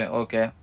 okay